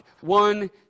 one